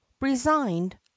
resigned